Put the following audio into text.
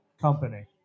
company